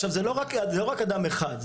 עכשיו זה לא רק אדם אחד,